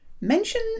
Mention